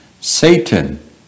Satan